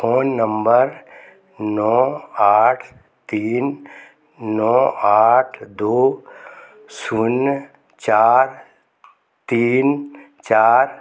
phone number नौ आठ तीन नौ आठ दो शून्य चार तीन चार